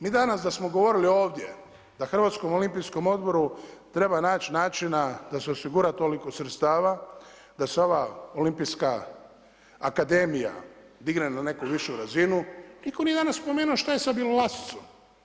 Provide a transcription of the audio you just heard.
Mi danas da smo govorili ovdje da Hrvatskom olimpijskom odboru treba naći načina da se osigura toliko sredstava da se ova Olimpijska akademija digne na neku višu razinu, nitko nije danas spomenuo što je sa Bjelolasicom.